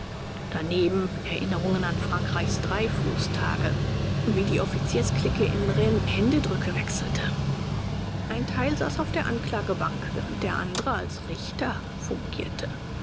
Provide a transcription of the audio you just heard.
daneben erinnerungen an frankreichs dreyfus-tage wie die offiziers-clique in rennes händedrücke wechselte ein teil saß auf der anklagebank während der andere als richter fungierte